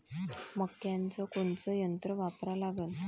मक्याचं कोनचं यंत्र वापरा लागन?